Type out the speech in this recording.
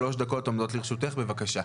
שלוש דקות עומדות לרשותך בבקשה.